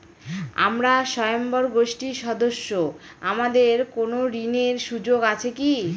আমরা স্বয়ম্ভর গোষ্ঠীর সদস্য আমাদের কোন ঋণের সুযোগ আছে কি?